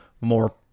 more